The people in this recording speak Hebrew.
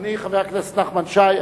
אדוני חבר הכנסת נחמן שי,